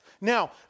Now